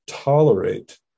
Tolerate